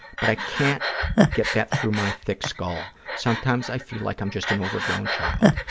but i can't get that through my thick skull. sometimes i feel like i'm just an overgrown child.